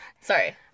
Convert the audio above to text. Sorry